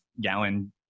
gallon